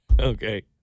Okay